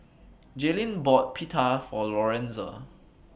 Jayleen bought Pita For Lorenza